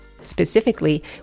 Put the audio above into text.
Specifically